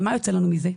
מה יוצא לנו מזה?